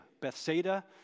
Bethsaida